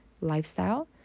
lifestyle